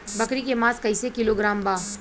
बकरी के मांस कईसे किलोग्राम बा?